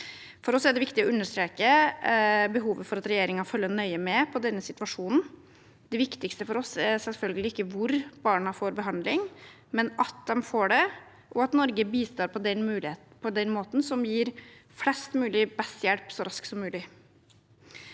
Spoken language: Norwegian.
For oss er det viktig å understreke behovet for at regjeringen følger nøye med på denne situasjonen. Det viktigste for oss er selvfølgelig ikke hvor barna får behandling, men at de får det, og at Norge bistår på den måten som gir flest mulig best hjelp så raskt som mulig.